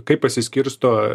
kaip pasiskirsto